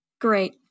Great